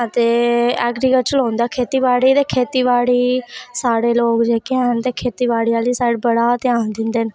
अते ऐगरीकल्चर होंदा खेतीाड़ी खेतीवाड़ी साढ़े लोग जेह्के हैन ते खेतीवाड़ी आह्ली साइड बड़ा ध्यान दिंदे न